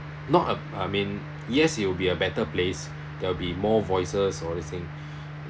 not a I mean yes it'll be a better place there will be more voices all these thing